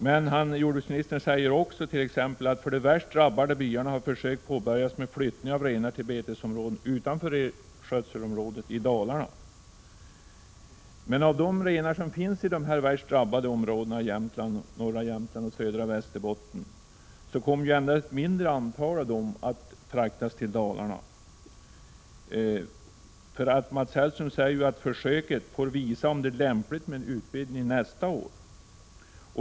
Men jordbruksministern säger också t.ex. att för de värst drabbade byarna har försök påbörjats med flyttning av renar till betesområden utanför renskötselområdet i Dalarna. Av de renar som finns i de värst drabbade områdena i norra Jämtland och södra Västerbotten kommer emellertid endast ett mindre antal att transporteras till Dalarna. Mats Hellström säger ju att försöket får visa om det är lämpligt med en utvidgning nästa år.